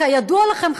וכידוע לכם,